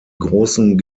großen